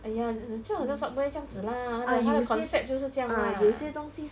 !aiya! 就好像 subway 这样子 lah 它的 concept 就是这样 lah